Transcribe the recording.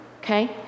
Okay